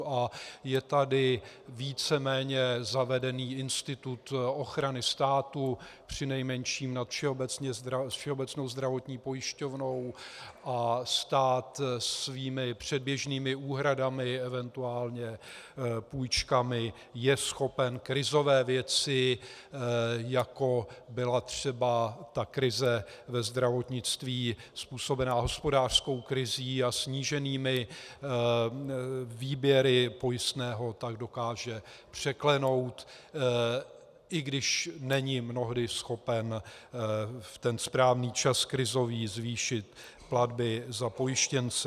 A je tady víceméně zavedený institut ochrany státu přinejmenším nad Všeobecnou zdravotní pojišťovnou a stát svými předběžnými úhradami, eventuálně půjčkami, je schopen krizové věci, jako byla třeba krize ve zdravotnictví způsobená hospodářskou krizí a sníženými výběry pojistného, tak dokáže překlenout, i když není mnohdy schopen v ten správný čas krizový zvýšit platby za pojištěnce.